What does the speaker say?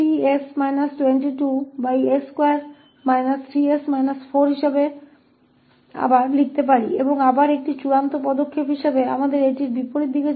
इसलिए इसे फिर से रखते हुए हम इसे Y3s 22s2 3s 4 के रूप में फिर से लिख सकते हैं और फिर से अंतिम चरण के रूप में हमें इसके इनवर्स के लिए जाना होगा